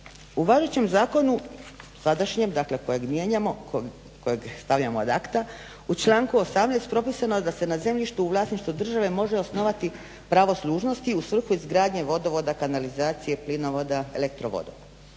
U važećem zakonu sadašnjem, dakle kojeg mijenjamo, kojeg stavljamo ad acta, u članku 18. propisano da se na zemljištu u vlasništvu države može osnovati pravo služnosti u svrhu izgradnje vodovoda, kanalizacije, plinovoda, elektrovodova.